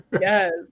Yes